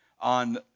on